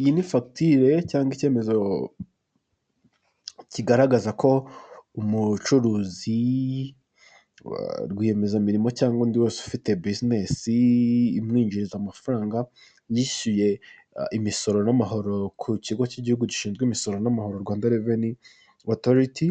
Iyi ni fagiture cyangwa icyemezo kigaragaza ko umucuruzi, rwiyemezamirimo cyangwa undi wese ufite business imwinjiza amafaranga yishyuye imisoro n'amahoro ku kigo cy'igihugu gishinzwe imisoro n'amahoro rwanda reveni otoruti.